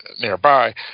nearby